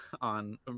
On